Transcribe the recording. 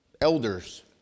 elders